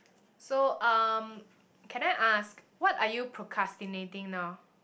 so um can I ask what are you procrastinating now